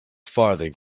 farthing